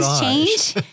change